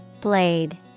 Blade